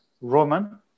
Roman